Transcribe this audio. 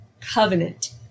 covenant